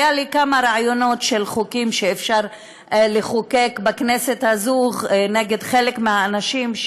היו לי כמה רעיונות של חוקים שאפשר לחוקק בכנסת הזאת נגד חלק מהאנשים,